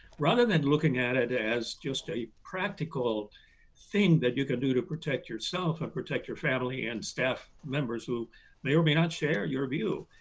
rather than looking at it as just a practical thing that you can do to protect yourself and protect your family and staff members who may or may not share your view,